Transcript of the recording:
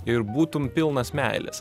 ir būtum pilnas meilės